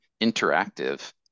interactive